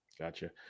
gotcha